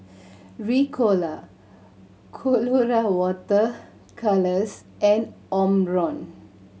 Ricola Colora Water Colours and Omron